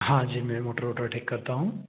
हाँ जी मैं मोटर वोटर ठीक करता हूँ